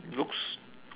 looks